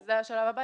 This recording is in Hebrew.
וזה השלב הבא,